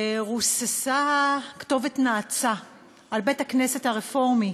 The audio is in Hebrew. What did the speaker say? רוססה כתובת נאצה על בית-הכנסת הרפורמי